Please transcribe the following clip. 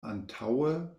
antaŭe